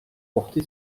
porté